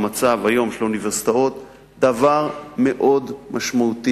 במצב של האוניברסיטאות היום זה דבר מאוד משמעותי